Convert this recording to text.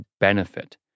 benefit